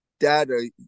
Data